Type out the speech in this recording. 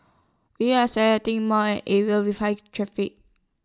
we are selecting areas with high traffic